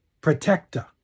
protector